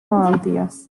malalties